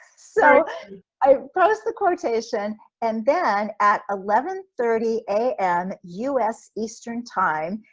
so i post the quotation and then at eleven thirty a m us eastern time,